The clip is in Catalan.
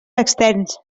externs